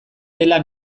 dela